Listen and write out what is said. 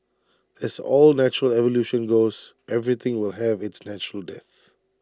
as all natural evolution goes everything will have its natural death